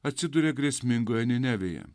atsiduria grėsmingoje ninevėje